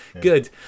Good